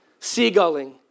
Seagulling